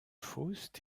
faust